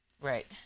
Right